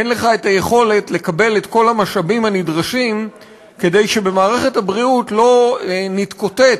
אין לך היכולת לקבל את כל המשאבים הנדרשים כדי שלא נתקוטט